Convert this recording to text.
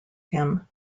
him